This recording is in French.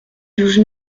douze